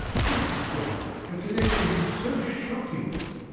good god! a connection so shocking!